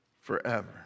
forever